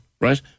Right